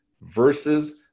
versus